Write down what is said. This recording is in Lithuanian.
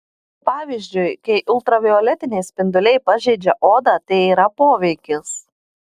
pavyzdžiui kai ultravioletiniai spinduliai pažeidžia odą tai yra poveikis